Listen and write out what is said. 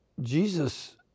Jesus